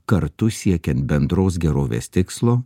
kartu siekiant bendros gerovės tikslo